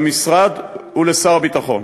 למשרד ולשר הביטחון.